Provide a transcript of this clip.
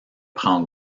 prend